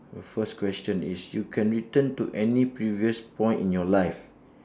uh first question is you can return to any previous point in your life